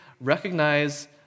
recognize